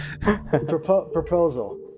Proposal